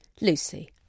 Lucy